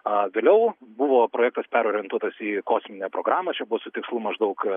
a vėliau buvo projektas perorientuotas į kosminę programą čia buvo su tikslu maždaug